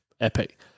epic